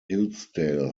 hillsdale